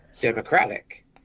democratic